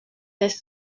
des